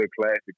classic